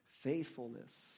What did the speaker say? Faithfulness